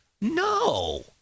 No